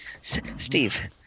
Steve